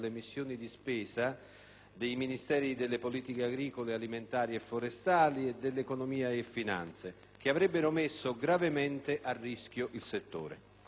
dei Ministeri delle politiche agricole, alimentari e forestali e dell'economia e delle finanze) che avrebbero messo gravemente a rischio il settore.